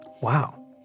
Wow